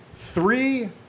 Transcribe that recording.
Three